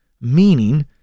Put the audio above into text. meaning